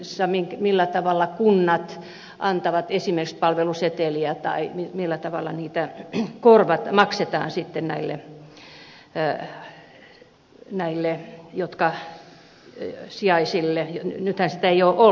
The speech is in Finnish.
siinä millä tavalla kunnat antavat esimerkiksi palveluseteleitä tai millä tavalla sitten maksetaan näille sijaisille